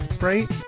right